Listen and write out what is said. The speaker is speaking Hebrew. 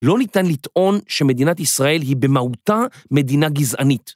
לא ניתן לטעון שמדינת ישראל היא במהותה מדינה גזענית.